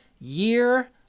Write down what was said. year